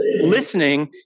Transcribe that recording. Listening